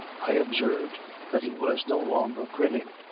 i observed that he was no longer grinning.